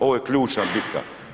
Ovo je ključna bitka.